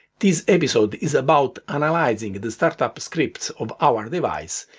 this episode is about analyzing the startup scripts of our device,